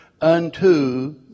unto